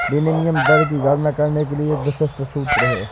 विनिमय दर की गणना करने के लिए एक विशिष्ट सूत्र है